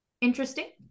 interesting